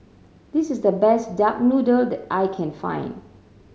this is the best duck noodles that I can find